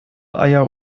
eier